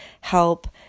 help